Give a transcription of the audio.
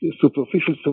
superficial